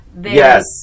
Yes